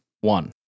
one